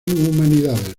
humanidades